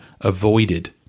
avoided